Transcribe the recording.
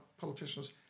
politicians